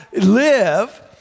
live